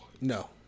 No